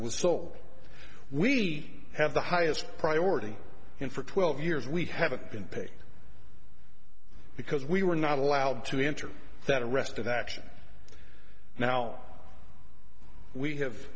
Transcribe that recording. still we have the highest priority in for twelve years we haven't been paid because we were not allowed to enter that arrested action now we have